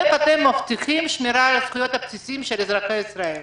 איך אתם מבטיחים שמירה על הזכויות הבסיסיות של אזרחי ישראל?